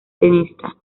tenista